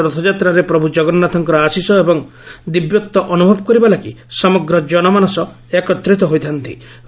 ଓଡ଼ିଶାର ରଥଯାତ୍ରାରେ ପ୍ରଭୁ କଗନ୍ନାଥଙ୍କ ଆଶିଷ ଏବଂ ଦିବ୍ୟତ୍ୱ ଅନୁଭବ କରିବା ଲାଗି ସମଗ୍ର ଜନମାନସ ଏକତ୍ରିତ ହୋଇଥାନ୍ତି